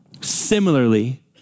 Similarly